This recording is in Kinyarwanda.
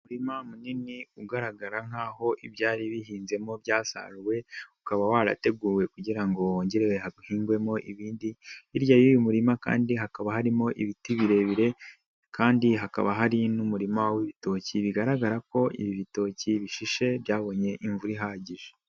Umurima munini ugaragara nkaho ibyari bihinzemo byasaruwe ukaba warateguwe kugira wongere hahingwemo ibindi, hirya y'uyu murima kandi hakaba harimo ibiti birebire kandi hakaba hari n'umurima w'ibitoki bigaragara ko ibi bitoki bishishe byabonye imvura ihagije.